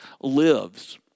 lives